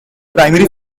primary